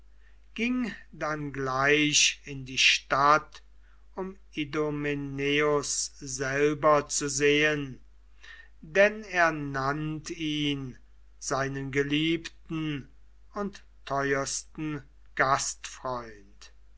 ging dann gleich in die stadt um idomeneus selber zu sehen denn er nannt ihn seinen geliebten und teuersten